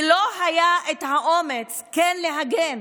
ולא היה את האומץ כן להגן